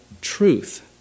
truth